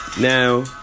Now